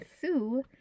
Sue